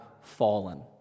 fallen